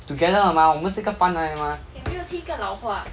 together 的 mah 我们是一个 fun 来的 mah